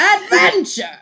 Adventure